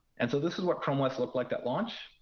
and so this is what chrome os looked like at launch.